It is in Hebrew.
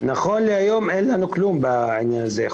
נכון להיום אין לנו כלום בעניין הזה,